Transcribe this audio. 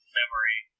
memory